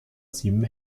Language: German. sieben